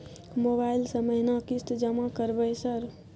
Mobile से महीना किस्त जमा करबै सर?